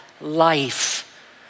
life